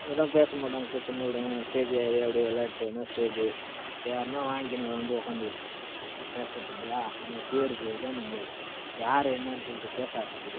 நம்மதான் பேச மாட்டோம் கூச்சமும் படுவோம் ஸ்டேஜ்ஜில் ஏறி அப்படியே விளையாடிகிட்டு வந்து ஸ்டேஜ் யாருன்னால் வாங்கிக்கின்னு வந்து உட்காந்து பேசுவது இல்லையா அங்கே பிஎட் போய்தான் நம்ம யார் என்னான்னு சொல்லிகிட்டு பேச ஆரம்பித்தது